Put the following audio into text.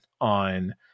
on